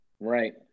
Right